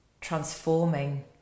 transforming